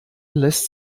lässt